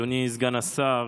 אדוני סגן השר,